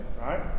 right